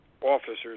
officers